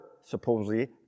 supposedly